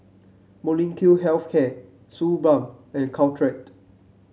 Molnylcke Health Care Suu Balm and Caltrate